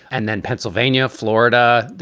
and then pennsylvania, florida,